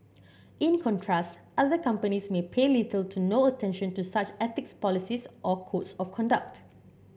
in contrast other companies may pay little to no attention to such ethics policies or codes of conduct